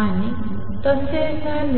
आणि तसे झाले